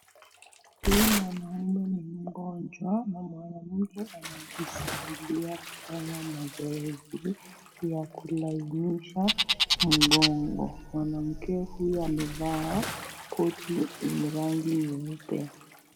Huyu mwanaume ni mgonjwa na mwanamke anamsaidia kufanya mazoezi ya kulainisha mgongo, mwanamke huyu amevaa koti yenye rangi nyeupe.